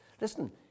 Listen